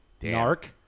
NARC